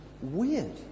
weird